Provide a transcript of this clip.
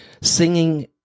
singing